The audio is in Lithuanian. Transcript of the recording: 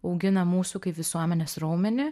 augina mūsų kaip visuomenės raumenį